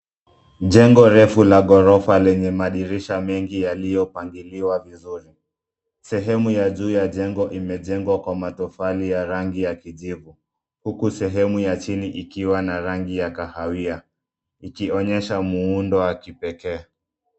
Jengo refu la ghorofa lenye madirisha mengi yaliyopangiliwa vizuri. Sehemu ya juu ya jengo imejengwa kwa matofali ya rangi ya kijivu huku sehemu ya chini ikiwa na rangi ya kahawia ikionyesha muundo wa kipekee.